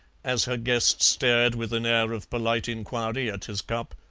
as her guest stared with an air of polite inquiry at his cup.